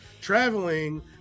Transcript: traveling